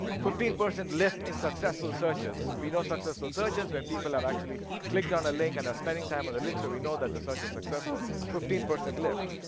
fifteen percent lift in successful searches, we know successful searches when people have actually clicked on a link and are spending time on the link. so we know that the search was successful, fifteen percent lift.